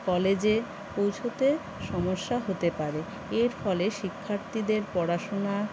কলেজে পৌঁছোতে সমস্যা হতে পারে এর ফলে শিক্ষার্থীদের পড়াশুনা